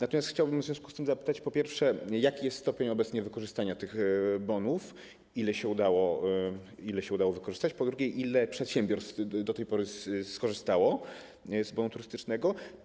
Natomiast chciałbym w związku z tym zapytać, po pierwsze, jaki jest obecnie stopień wykorzystania tych bonów, ile się udało wykorzystać, po drugie, ile przedsiębiorstw do tej pory skorzystało z bonu turystycznego.